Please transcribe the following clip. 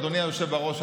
אדוני היושב בראש,